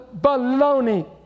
Baloney